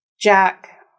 Jack